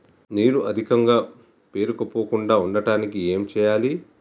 నీరు అధికంగా పేరుకుపోకుండా ఉండటానికి ఏం చేయాలి?